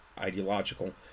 ideological